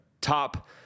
top